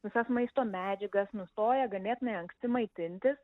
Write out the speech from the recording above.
visas maisto medžiagas nustoja ganėtinai anksti maitintis